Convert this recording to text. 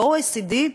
ב-OECD,